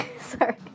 Sorry